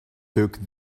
took